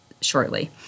shortly